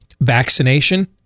vaccination